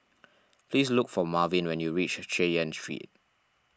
please look for Marvin when you reach Chay Yan Street